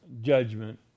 judgment